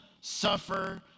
suffer